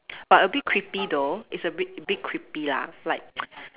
but a bit creepy though it's a bit bit creepy lah like